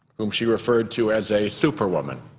whom she referred to as a superwoman.